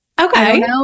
okay